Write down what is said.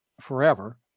forever